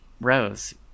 Rose